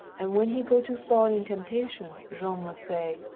and when he go to fall in temptation jean must say,